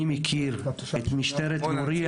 אני מכיר את משטרת מוריה.